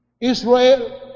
Israel